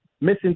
missing